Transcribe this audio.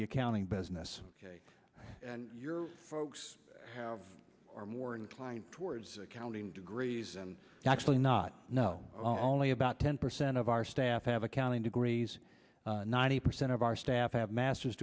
the accounting business ok your folks have are more inclined towards accounting degrees and actually not know only about ten percent of our staff have accounting degrees ninety percent of our staff have master